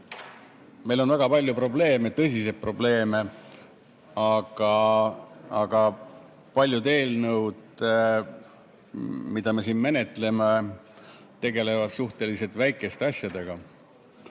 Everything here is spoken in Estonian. Meil on väga palju probleeme, tõsiseid probleeme. Aga paljud eelnõud, mida me siin menetleme, tegelevad suhteliselt väikeste asjadega.